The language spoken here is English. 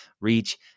reach